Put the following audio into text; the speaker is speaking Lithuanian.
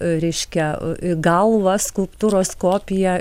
reiškia gal va skulptūros kopiją